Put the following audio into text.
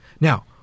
Now